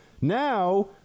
Now